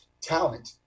talent